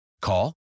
Call